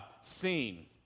seen